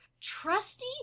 Trusty